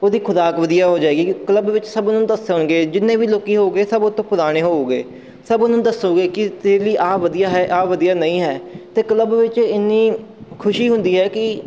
ਉਹਦੀ ਖੁਰਾਕ ਵਧੀਆ ਹੋ ਜਾਵੇਗੀ ਕਲੱਬ ਵਿੱਚ ਸਭ ਉਹਨੂੰ ਦੱਸਣਗੇ ਜਿੰਨੇ ਵੀ ਲੋਕ ਹੋਊਗੇ ਸਭ ਉਹ ਤੋਂ ਪੁਰਾਣੇ ਹੋਊਗੇ ਸਭ ਉਹਨਾਂ ਨੂੰ ਦੱਸੂਗੇ ਕਿ ਤੇਰੇ ਲਈ ਆਹ ਵਧੀਆ ਹੈ ਆਹ ਵਧੀਆ ਨਹੀਂ ਹੈ ਅਤੇ ਕਲੱਬ ਵਿੱਚ ਇੰਨੀ ਖੁਸ਼ੀ ਹੁੰਦੀ ਹੈ ਕਿ